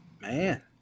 Man